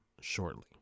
shortly